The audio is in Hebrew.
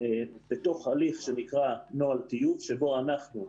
בתוך הליך שנקרא נוהל טיוב שבו אנחנו,